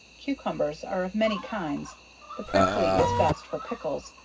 cucumbers, are of many kinds the prickly is best for pickles,